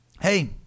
hey